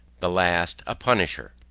the last a punisher.